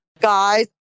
Guys